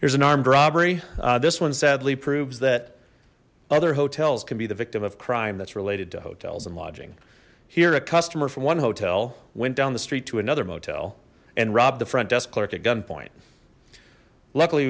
here's an armed robbery this one sadly proves that other hotels can be the victim of crime that's related to hotels and lodging here a customer from one hotel went down the street to another motel and robbed the front desk clerk at gunpoint luckily